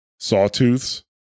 sawtooths